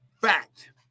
fact